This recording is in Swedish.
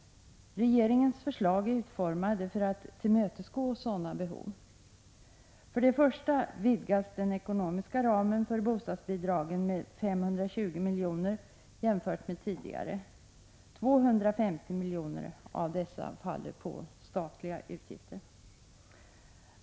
Regeringens förslag är utformade för att tillmötesgå sådana behov. För det första vidgas den ekonomiska ramen för bostadsbidragen med 520 milj.kr. jämfört med tidigare. 250 milj.kr. av dessa utgörs av statliga utgifter.